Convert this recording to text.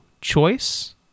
choice